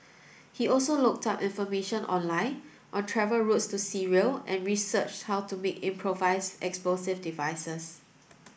he also looked up information online on travel routes to Syria and researched how to make improvised explosive devices